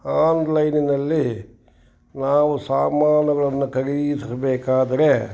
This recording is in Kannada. ಆನ್ಲೈನಿನಲ್ಲಿ ನಾವು ಸಾಮಾನುಗಳನ್ನು ಖರೀದಿಸಬೇಕಾದ್ರೆ